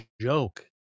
joke